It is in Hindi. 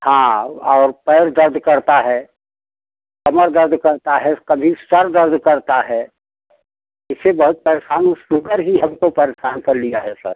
हाँ और पैर दर्द करता है कमर दर्द करता है कभी सर दर्द करता है इससे बहुत परेशान हूँ सुगर ही हमको परेशान कर लिया है सर